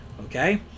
Okay